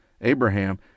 Abraham